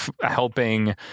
helping